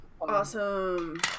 Awesome